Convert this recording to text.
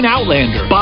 Outlander